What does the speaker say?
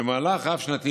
במהלך רב-שנתי,